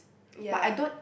ya